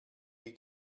die